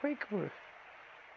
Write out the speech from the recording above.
پٔکۍوٕ